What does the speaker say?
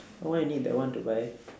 why you need that one to buy